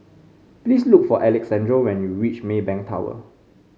please look for Alexandro when you reach Maybank Tower